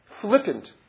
flippant